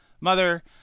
mother